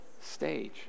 stage